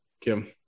kim